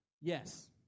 Yes